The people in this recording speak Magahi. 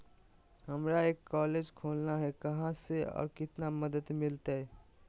हमरा एक कॉलेज खोलना है, कहा से और कितना मदद मिलतैय?